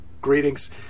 greetings